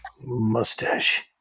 Mustache